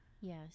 yes